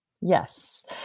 Yes